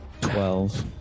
Twelve